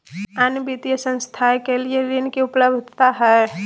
अन्य वित्तीय संस्थाएं के लिए ऋण की उपलब्धता है?